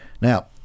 Now